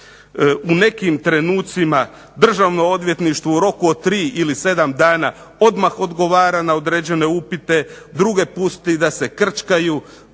u nekim trenutcima Državno odvjetništvo u roku od 3 ili 7 dana odmah odgovara na određene upite, druge pusti da se krčkaju